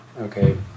Okay